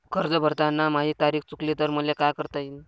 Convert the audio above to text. कर्ज भरताना माही तारीख चुकली तर मले का करता येईन?